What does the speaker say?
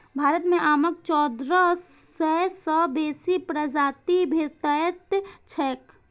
भारत मे आमक चौदह सय सं बेसी प्रजाति भेटैत छैक